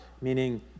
meaning